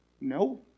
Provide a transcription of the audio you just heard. No